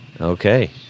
okay